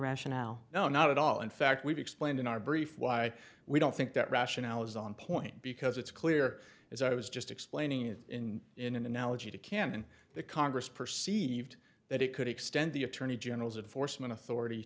rationale no not at all in fact we've explained in our brief why we don't think that rationale is on point because it's clear as i was just explaining it in in an analogy to cam and the congress perceived that it could extend the attorney generals of foresman authority